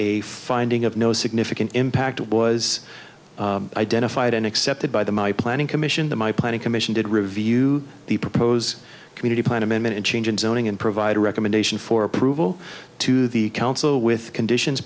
a finding of no significant impact was identified and accepted by the my planning commission the my planning commission did review the propose community plan amendment and change in zoning and provide a recommendation for approval to the council with conditions